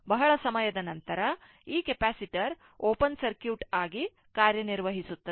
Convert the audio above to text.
ಬಹಳ ಸಮಯದ ನಂತರ ಈ ಕೆಪಾಸಿಟರ್ ಓಪನ್ ಸರ್ಕ್ಯೂಟ್ ಆಗಿ ಕಾರ್ಯನಿರ್ವಹಿಸುತ್ತದೆ